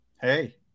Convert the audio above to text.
hey